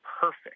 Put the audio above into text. perfect